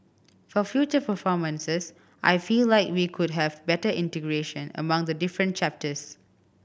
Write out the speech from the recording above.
for future performances I feel like we could have better integration among the different chapters